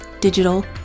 digital